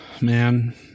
man